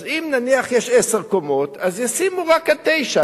אז אם נניח יש עשר קומות אז ישימו רק עד תשע.